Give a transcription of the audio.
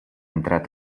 entrat